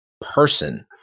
person